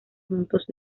juntos